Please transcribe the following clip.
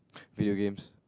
video games